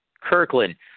Kirkland